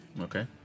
Okay